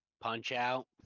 Punch-Out